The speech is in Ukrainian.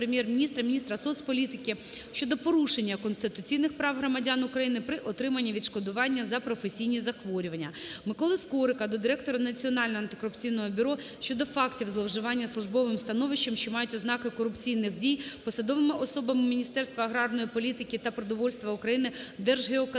Прем'єр-міністра, міністра соціальної політики України щодо порушення конституційних прав громадян України при отриманні відшкодування за професійні захворювання. Миколи Скорика до директора Національного антикорупційного бюро щодо фактів зловживання службовим становищем, що мають ознаки корупційних дій, посадовими особами Міністерства аграрної політики та продовольства України, Держгеокадастру,